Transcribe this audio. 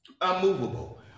unmovable